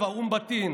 7. אום בטין,